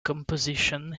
compositions